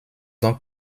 donc